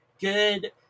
good